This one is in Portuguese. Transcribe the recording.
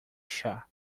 chá